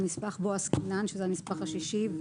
הנספח בו עסקינן שזה הנספח השישי.